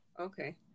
okay